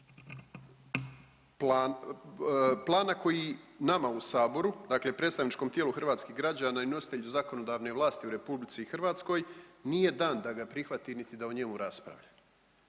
plana koji nama u saboru, dakle predstavničkom tijelu hrvatskih građana i nositelju zakonodavne vlasti u RH nije dan da ga prihvati, niti da o njemu raspravlja.